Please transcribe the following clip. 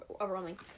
overwhelming